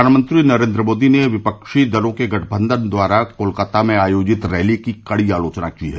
प्रधानमंत्री नरेंद्र मोदी ने विपक्षी दलों के गठबंधन द्वारा कोलकाता में आयोजित रैली की कड़ी आलोचना की है